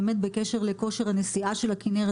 באמת בקשר לכושר הנשיאה של הכנרת,